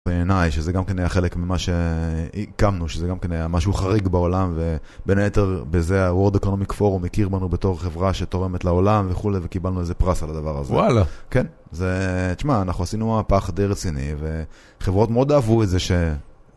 בעיניי שזה גם כן היה חלק ממה שהקמנו, שזה גם כן היה משהו חריג בעולם ובין היתר בזה הוורד אקונומיק פורום הכיר בנו בתור חברה שתורמת לעולם וכולי וקיבלנו איזה פרס על הדבר הזה. -וואלה. -כן. זה, תשמע, אנחנו עשינו מהפך די רציני וחברות מאוד אהבו את זה ש...